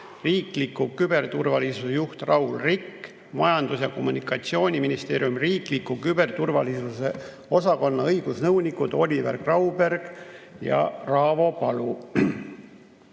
riikliku küberturvalisuse juht Raul Rikk ning Majandus- ja Kommunikatsiooniministeeriumi riikliku küberturvalisuse osakonna õigusnõunikud Oliver Grauberg ja Raavo Palu.